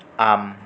आम्